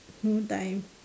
no time